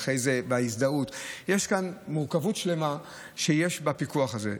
יש מורכבות שלמה בפיקוח הזה.